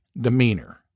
demeanor